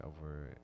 over